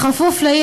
כפוף לעיל,